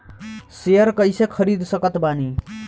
Share कइसे खरीद सकत बानी?